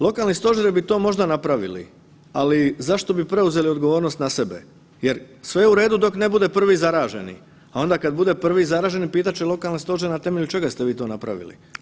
Lokalni stožer bi to možda napravili, ali zašto bi preuzeli odgovornost na sebe jer sve je u redu dok ne bude prvi zaraženi, a onda kada bude prvi zaraženi pitat će lokalni stožer na temelju čega ste vi to napravili.